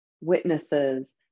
witnesses